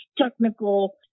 technical